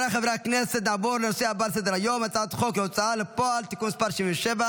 אני קובע כי הצעת חוק עזרה משפטית בין מדינות (תיקון מס' 12),